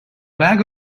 bag